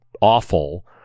awful